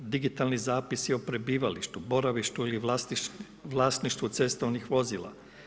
Digitalni zapisi o prebivalištu, boravištu ili vlasništvu cestovnih vozila?